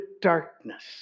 darkness